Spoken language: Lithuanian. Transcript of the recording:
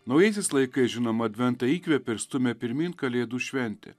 naujaisiais laikais žinoma adventą įkvepia ir stumia pirmyn kalėdų šventė